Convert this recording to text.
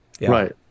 Right